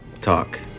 talk